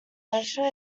measure